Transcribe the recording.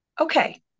okay